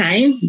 time